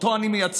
שאותו אני מייצג,